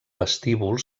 vestíbul